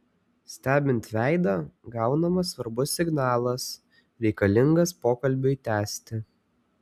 stebint veidą gaunamas svarbus signalas reikalingas pokalbiui tęsti